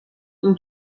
این